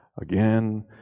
again